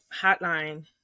hotline